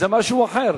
זה משהו אחר.